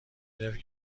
گرفت